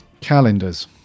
Calendars